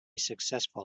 successful